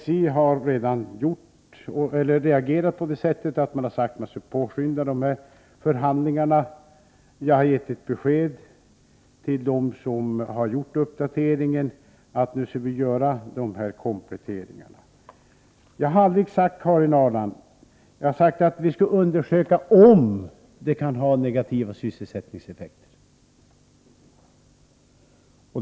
SJ har redan reagerat genom att säga att förhandlingarna skall påskyndas. Jag har givit besked till dem som har gjort uppdateringen att de nämnda kompletteringarna skall göras. Karin Ahrland! Jag har bara sagt att vi skall undersöka om frågan kan medföra negativa sysselsättningseffekter.